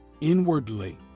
Inwardly